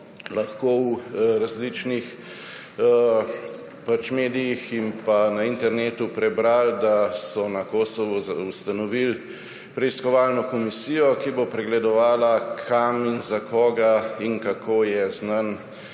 lahko v različnih medijih in pa na internetu prebrali, da so na Kosovu ustanovili preiskovalno komisijo, ki bo pregledovala kam, za koga in kako je znan